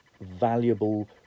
valuable